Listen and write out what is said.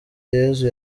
yesu